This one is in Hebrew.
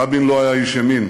רבין לא היה איש ימין,